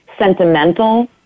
sentimental